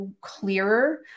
clearer